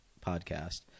podcast